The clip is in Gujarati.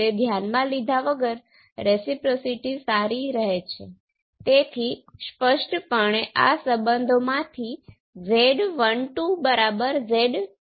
તેથી મૂળ સર્કિટ હશે કે જે આ બીજગણિતમાંથી આવે છે